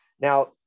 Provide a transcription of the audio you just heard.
now